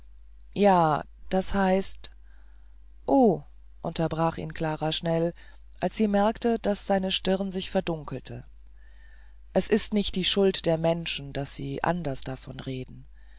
ja das heißt oh unterbrach ihn klara schnell als sie merkte daß seine stirn sich verdunkelte es ist nicht die schuld der menschen daß sie anders davon reden